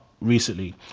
recently